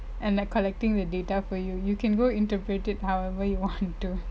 and like collecting the data for you you can go interprete however you want to